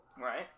right